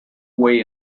way